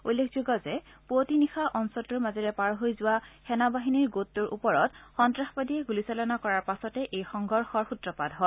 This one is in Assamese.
উল্লেখযোগ্য যে পুৱতি নিশা অঞ্চলটোৰ মাজেৰে পাৰ হৈ যোৱা সেনা বাহিনীৰ গোটটোৰ ওপৰত সন্ত্ৰাসবাদীয়ে গুলীচালনা কৰাৰ পাছতে এই সংঘৰ্ষৰ সূত্ৰপাত হয়